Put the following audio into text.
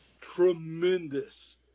tremendous